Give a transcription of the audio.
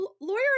Lawyer